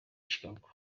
chicago